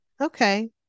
Okay